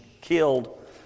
killed